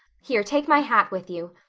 here. take my hat with you.